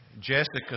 Jessica